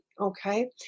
okay